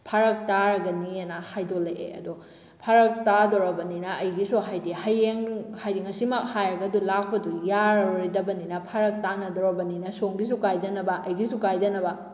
ꯐꯔꯛ ꯇꯥꯔꯒꯅꯤ ꯑꯅ ꯍꯥꯏꯗꯣꯂꯛꯑꯦ ꯑꯗꯣ ꯐꯔꯛ ꯇꯥꯗꯣꯔꯕꯅꯤꯅ ꯑꯩꯒꯤꯁꯨ ꯍꯥꯏꯗꯤ ꯍꯌꯦꯡ ꯍꯥꯏꯗꯤ ꯉꯁꯤꯃꯛ ꯍꯥꯏꯔꯒꯗꯨ ꯂꯥꯛꯄꯗꯨ ꯌꯥꯔꯔꯣꯏꯗꯕꯅꯤꯅ ꯐꯔꯛ ꯇꯥꯅꯗꯣꯔꯕꯅꯤꯅ ꯁꯣꯝꯒꯤꯁꯨ ꯀꯥꯏꯗꯅꯕ ꯑꯩꯒꯤꯁꯨ ꯀꯥꯏꯗꯅꯕ